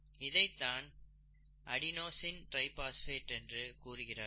இதைத்தான் adenosine triphosphate என்று கூறுகிறார்கள்